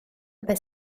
beth